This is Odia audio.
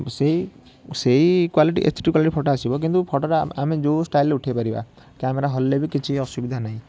ସେଇ ସେଇ quality H D quality photo ଆସିବ କିନ୍ତୁ ଫଟୋଟା ଆମେ ଯେଉଁ ଷ୍ଟାଇଲରେ ଉଠେଇ ପାରିବା କ୍ୟାମେରା ହଲିଲେ ବି କିଛି ଅସୁବିଧା ନାହିଁ